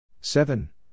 Seven